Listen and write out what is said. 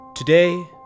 Today